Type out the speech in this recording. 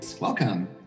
Welcome